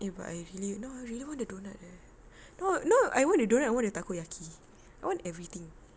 eh but I really now I really want the doughnut eh now now I want the doughnut I want the takoyaki I want everything